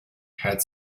had